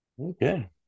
Okay